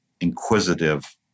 inquisitive